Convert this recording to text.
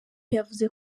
yavuze